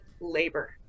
labor